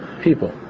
people